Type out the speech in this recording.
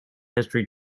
history